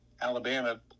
Alabama